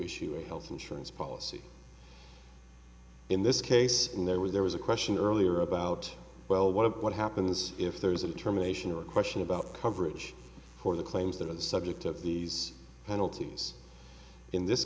issue a health insurance policy in this case and there was there was a question earlier about well what happens if there is a determination or a question about coverage for the claims that are the subject of these penalties in this